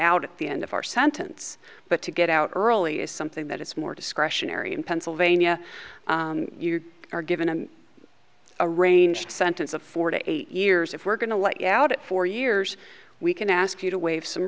out at the end of our sentence but to get out early is something that it's more discretionary in pennsylvania you are given and a range sentence a forty eight years if we're going to let you out at four years we can ask you to waive some